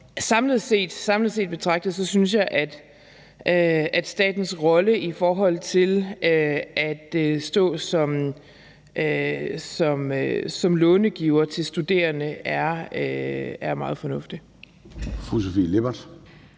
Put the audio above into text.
samlet set synes jeg, at statens rolle i forhold til at stå som långiver til studerende er meget fornuftig.